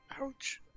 Ouch